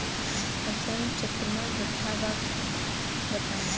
फसल चक्रण कट्ठा बा बताई?